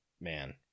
man